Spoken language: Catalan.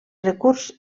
recurs